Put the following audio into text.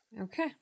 Okay